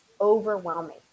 overwhelming